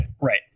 right